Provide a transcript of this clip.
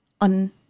on